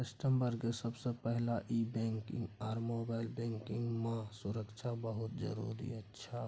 customer के सबसे पहला ई बैंकिंग आर मोबाइल बैंकिंग मां सुरक्षा बहुत जरूरी अच्छा